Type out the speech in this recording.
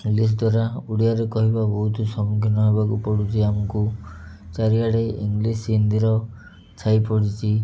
English ଦ୍ୱାରା ଓଡ଼ିଆରେ କହିବା ବହୁତ ସମ୍ମୁଖୀନ ହେବାକୁ ପଡ଼ୁଛି ଆମକୁ ଚାରିଆଡ଼େ ଇଂଗ୍ଲିଶ୍ ହିନ୍ଦୀର ଛାଇ ପଡ଼ିଚି